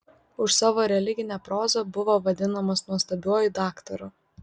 už savo religinę prozą buvo vadinamas nuostabiuoju daktaru